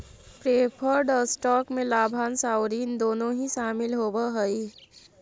preferred stock में लाभांश आउ ऋण दोनों ही शामिल होवऽ हई